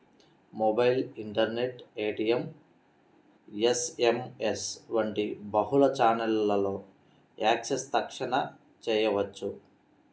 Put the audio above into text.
mobile, internet, ATM, SMS వంటి బహుళ ఛానెల్లలో యాక్సెస్ తక్షణ చేయవచ్చు